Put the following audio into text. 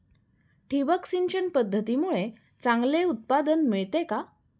ठिबक सिंचन पद्धतीमुळे चांगले उत्पादन मिळते का?